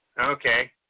Okay